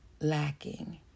lacking